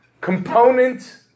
component